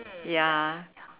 ya